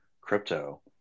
crypto